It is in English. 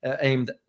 aimed